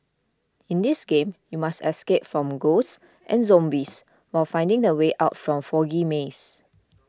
in this game you must escape from ghosts and zombies while finding the way out from foggy maze